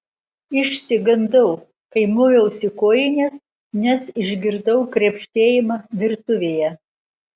išsigandau kai moviausi kojines nes išgirdau krebždėjimą virtuvėje